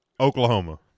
Oklahoma